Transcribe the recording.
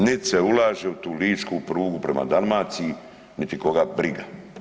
Niti se ulaže u tu ličku prugu prema Dalmaciji niti koga briga.